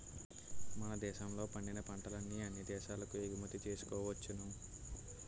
మన దేశంలో పండిన పంటల్ని అన్ని దేశాలకు ఎగుమతి చేసుకోవచ్చును